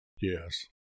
Yes